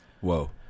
Whoa